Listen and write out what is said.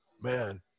man